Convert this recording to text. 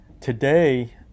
Today